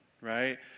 right